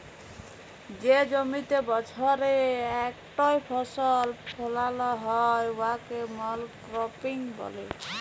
যে জমিতে বসরে ইকটই ফসল ফলাল হ্যয় উয়াকে মলক্রপিং ব্যলে